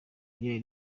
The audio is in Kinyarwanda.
ryari